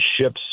ships